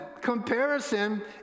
comparison